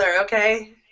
okay